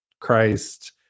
Christ